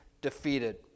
defeated